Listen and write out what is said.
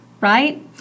right